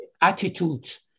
attitudes